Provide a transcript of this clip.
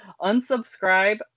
unsubscribe